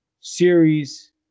series